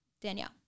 Danielle